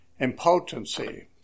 Impotency